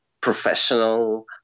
professional